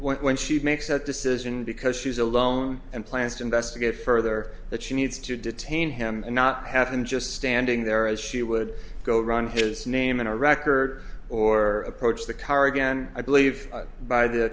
when she makes that decision because she's alone and plans to investigate further that she needs to detain him and not have him just standing there as she would go run his name in a record or approach the car again i believe by the